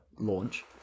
launch